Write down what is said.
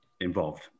involved